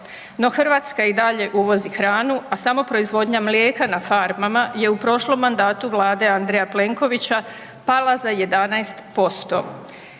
No, Hrvatska i dalje uvozi hranu, a samo proizvodnja mlijeka na farmama je u prošlom mandatu vlade Andreja Plenkovića pala za 11%.